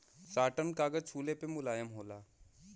satin कागज छुले पे मुलायम होला